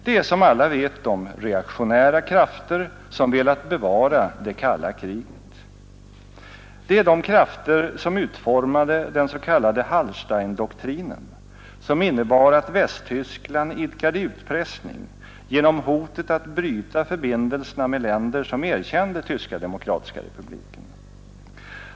Det är som alla vet de reaktionära krafter som velat bevara det kalla kriget. Det är de krafter som utformade den s.k. Hallsteindoktrinen, som innebar att Västtyskland idkade utpressning genom hotet att bryta förbindelserna med länder som erkände Tyska demokratiska republiken.